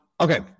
okay